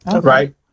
Right